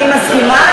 אני מסכימה.